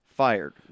Fired